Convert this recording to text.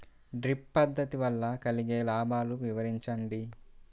Drip పద్దతి వల్ల కలిగే లాభాలు వివరించండి?